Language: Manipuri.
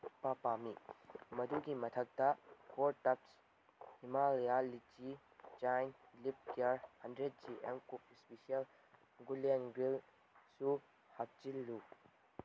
ꯍꯥꯞꯄ ꯄꯥꯝꯃꯤ ꯃꯗꯨꯒꯤ ꯃꯊꯛꯇ ꯐꯣꯔ ꯇꯕꯁ ꯍꯤꯃꯥꯂꯌꯥ ꯂꯤꯆꯤ ꯍꯦꯟꯗ꯭ꯔꯦꯗ ꯖꯤ ꯑꯦꯝ ꯀꯨꯛ ꯏꯁꯄꯤꯁꯤꯌꯦꯜ ꯒꯨꯂꯦꯟ ꯒ꯭ꯔꯤꯁꯨ ꯍꯥꯞꯆꯤꯜꯂꯨ